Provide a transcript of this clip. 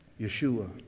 Yeshua